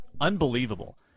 Unbelievable